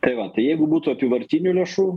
tai va tai jeigu būtų apyvartinių lėšų